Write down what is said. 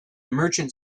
merchant